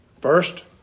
First